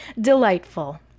Delightful